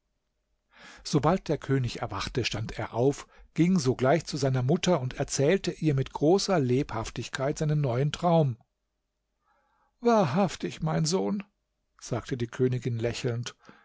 sobald der könig erwachte stand er auf ging sogleich zu seiner mutter und erzählte ihr mit großer lebhaftigkeit seinen neuen traum wahrhaftig mein sohn sagte die königin lächelnd